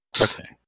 Okay